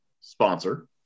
sponsor